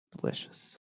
Delicious